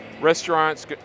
restaurants